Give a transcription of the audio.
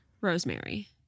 Rosemary